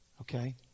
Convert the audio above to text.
okay